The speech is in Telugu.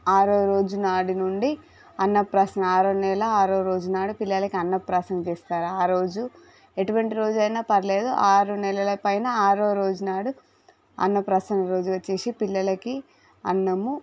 ఆరో రోజు నుంచి నాడి నుండి అన్న ప్రాశన ఆరోనెల ఆరో రోజు నాడు పిల్లలకు అన్నప్రాశం చేస్తారు ఆరోజు ఎటువంటి రోజైనా పర్లేదు ఆరు నెలల పైన ఆరో రోజు నాడు అన్నప్రాశం రోజు చేసి పిల్లలకి అన్నము